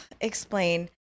explain